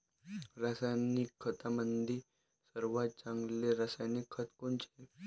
रासायनिक खतामंदी सर्वात चांगले रासायनिक खत कोनचे?